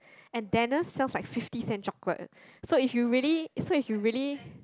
and Dannas sells like fifty cent chocolate so if you really so if you really